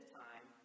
time